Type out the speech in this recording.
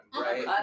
Right